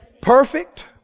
Perfect